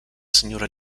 signora